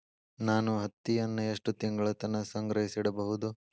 ನಾನು ಹತ್ತಿಯನ್ನ ಎಷ್ಟು ತಿಂಗಳತನ ಸಂಗ್ರಹಿಸಿಡಬಹುದು?